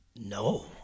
No